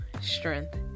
strength